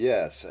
Yes